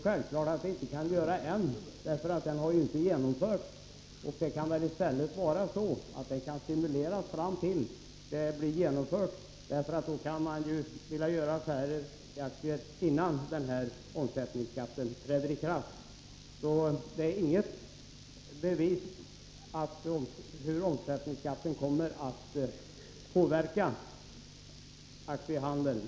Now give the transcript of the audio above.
Självfallet kan den inte ha gjort det, eftersom omsättningsskatten ännu inte har genomförts. Däremot är det möjligt att börshandeln stimuleras tills omsättningsskatten genomförs, eftersom många kanske väljer att göra aktieaffärer, innan omsättningsskatten träder i kraft. Det faktum att börshandeln ännu inte har påverkats är inget tecken på hur omsättningsskatten kommer att påverka aktiehandeln.